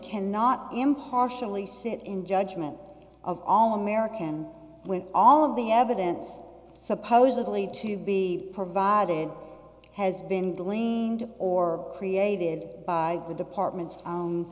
cannot impartially sit in judgment of all american when all of the evidence supposedly to be provided has been gleaned or created by the department